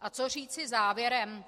A co říci závěrem?